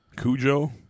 Cujo